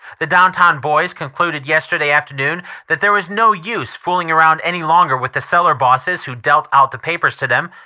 the downtown boys concluded yesterday afternoon that there was no use fooling any longer with the cellar bosses who deal out the papers to them,